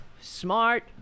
smart